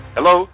Hello